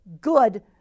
good